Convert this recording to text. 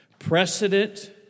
Precedent